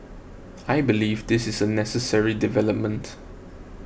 I believe this is a necessary development